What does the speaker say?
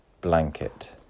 blanket